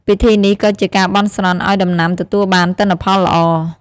ពិធីនេះក៏ជាការបន់ស្រន់ឲ្យដំណាំទទួលបានទិន្នផលល្អ។